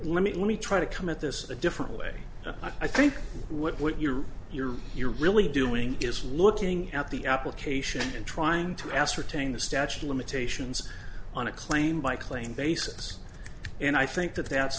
let me let me try to commit this a different way i think what you're you're you're really doing is looking at the application and trying to ascertain the statute of limitations on a claim by claim basis and i think that that's